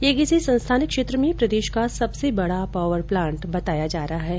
यह किसी संस्थानिक क्षेत्र में प्रदेश का सबसे बड़ा पॉवर प्लांट बताया जा रहा हैं